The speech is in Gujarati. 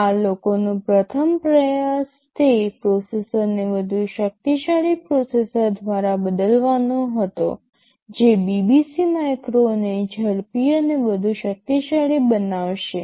આ લોકોનો પ્રથમ પ્રયાસ તે પ્રોસેસરને વધુ શક્તિશાળી પ્રોસેસર દ્વારા બદલવાનો હતો જે BBC માઇક્રોને ઝડપી અને વધુ શક્તિશાળી બનાવશે